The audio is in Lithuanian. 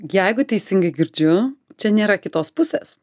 jeigu teisingai girdžiu čia nėra kitos pusės